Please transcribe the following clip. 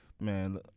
man